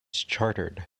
chartered